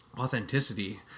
authenticity